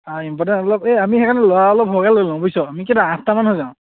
অঁ ইম্পৰ্টেঞ্চ অলপ এই আমি সেইকাৰণে ল'ৰা অলপ ভালকৈ লৈ লওঁ বুইছ আমি কেইটা আঠটামান হৈ যাওঁ